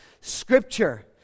Scripture